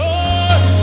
Lord